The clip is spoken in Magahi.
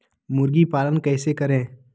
मुर्गी पालन कैसे करें?